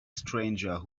stranger